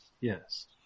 Yes